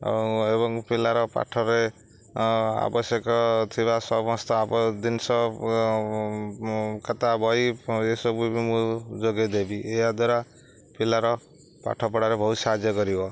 ଆଉ ଏବଂ ପିଲାର ପାଠରେ ଆବଶ୍ୟକ ଥିବା ସମସ୍ତ ଜିନିଷ ଖାତା ବହି ଏସବୁ ବି ମୁଁ ଯୋଗେଇଦେବି ଏହା ଦ୍ୱାରା ପିଲାର ପାଠପଢ଼ାରେ ବହୁତ ସାହାଯ୍ୟ କରିବ